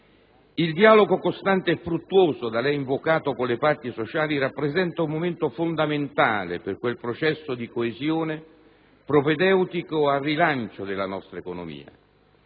Il dialogo costante e fruttuoso da lei invocato con le parti sociali rappresenta un momento fondamentale per quel processo di coesione, propedeutico al rilancio della nostra economia.